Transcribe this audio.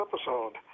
episode